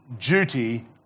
duty